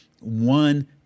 one